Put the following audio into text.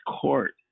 court